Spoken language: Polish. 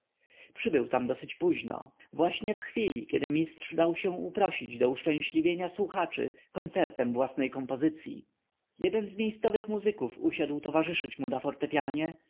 przybył tam dosyć późno właśnie w chwili kiedy mistrz dał się uprosić do uszczęśliwienia słuchaczy koncertem własnej kompozycyi jeden z miejscowych muzyków usiadł towarzyszyć mu na fortepianie